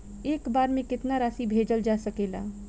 एक बार में केतना राशि भेजल जा सकेला?